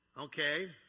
okay